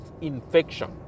infection